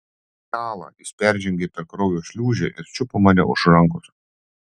kala jis peržengė per kraujo šliūžę ir čiupo mane už rankos